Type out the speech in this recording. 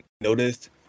noticed